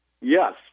yes